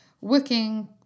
working